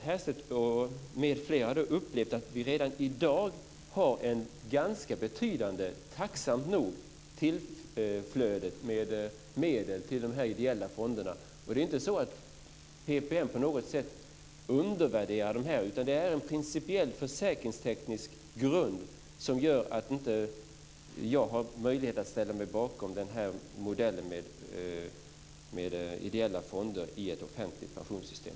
Härstedt upplevt att vi redan i dag har ett ganska betydande, tursamt nog, tillflöde av medel till de ideella fonderna? Det är ju inte så att PPM på något sätt undervärderar dessa fonder. Men det är en principiell försäkringsteknisk grund som gör att jag inte har möjlighet att ställa mig bakom modellen med ideella fonder i ett offentligt pensionssystem.